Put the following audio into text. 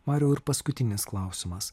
mariau ir paskutinis klausimas